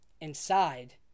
Inside